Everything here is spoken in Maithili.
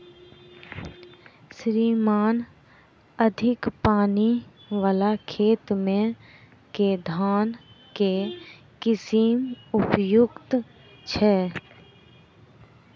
श्रीमान अधिक पानि वला खेत मे केँ धान केँ किसिम उपयुक्त छैय?